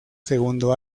segundo